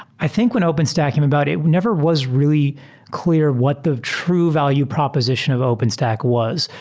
i think when openstack came about, it never was really clear what the true value proposition of openstack was.